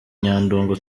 nyandungu